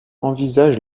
envisage